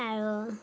আৰু